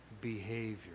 behavior